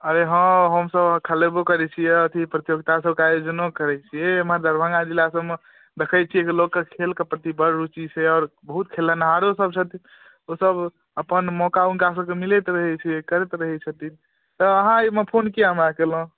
अरे हँ हम सब खेलेबो करैत छियै अथी प्रतियोगिता सबके आयोजनो करैत छियै एमहर दरभङ्गा जिला सबमे देखैत छियै जे लोककेँ खेलके प्रति बड़ रुचि छै आओर बहुत खेलेनहारो सब छथिन ओ सब अपन मौका हुनका सबके मिलैत रहैत छै करैत रहैत छथिन तऽ आहाँ एहिमे फोन किआ हमरा कयलहुँ